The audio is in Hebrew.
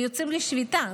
גם יוצאים לשביתה.